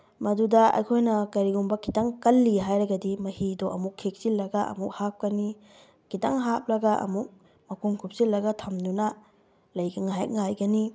ꯃꯗꯨꯗ ꯑꯩꯈꯣꯏꯅ ꯀꯔꯤꯒꯨꯝꯕ ꯈꯤꯇꯪ ꯀꯜꯂꯤ ꯍꯥꯏꯔꯒꯗꯤ ꯃꯍꯤꯗꯣ ꯑꯃꯨꯛ ꯈꯤꯛꯆꯤꯜꯂꯒ ꯑꯃꯨꯛ ꯍꯥꯞꯀꯅꯤ ꯈꯤꯇꯪ ꯍꯥꯞꯂꯒ ꯑꯃꯨꯛ ꯃꯈꯨꯝ ꯀꯨꯞꯁꯤꯜꯂꯒ ꯊꯝꯗꯨꯅ ꯉꯥꯏꯍꯥꯛ ꯉꯥꯏꯒꯅꯤ